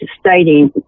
stating